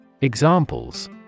Examples